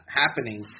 happening